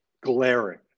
glaring